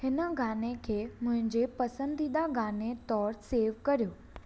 हिन गाने खे मुंहिंजे पसंदीदा गाने तौरु सेव करियो